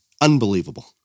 Unbelievable